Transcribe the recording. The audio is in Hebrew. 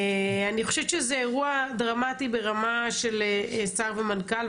אני חושבת שזה אירוע דרמטי ברמה של שר ומנכ"ל,